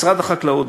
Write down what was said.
משרד החקלאות,